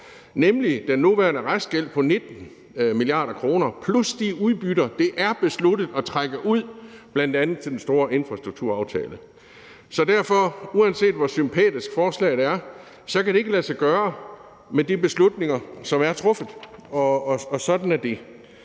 nemlig den nuværende restgæld på 19 mia. kr., plus de udbytter, som det er besluttet at trække ud, bl.a. til den store infrastrukturaftale. Så derfor kan det ikke, uanset hvor sympatisk forslaget er, lade sig gøre med de beslutninger, som er truffet. Og sådan er det.